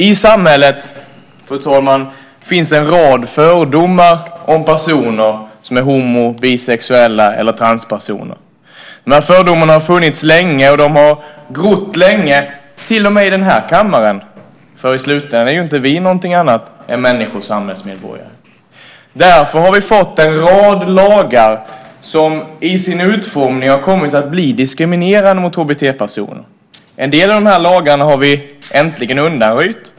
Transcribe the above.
I samhället finns en rad fördomar om homosexuella, bisexuella och transpersoner. Dessa fördomar har funnits länge. De har länge grott till och med i denna kammare, för i slutändan är även vi bara människor och samhällsmedborgare. Vi har därför fått en rad lagar som i sin utformning kommit att bli diskriminerande mot HBT-personer. En del av dessa lagar har vi äntligen undanröjt.